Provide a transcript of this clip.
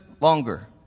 longer